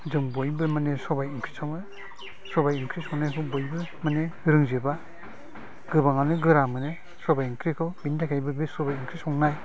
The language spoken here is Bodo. जों बयबो माने सबाइ ओंख्रि सङो सबाइ ओंख्रि संनायखौ माने बयबो रोंजोबा गोबाङानो गोरा मोनो सबाइ ओंख्रिखौ बिनि थाखायबो सबाइ ओंख्रि संनाय